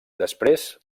després